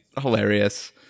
hilarious